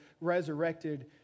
resurrected